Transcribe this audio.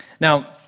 Now